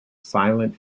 silent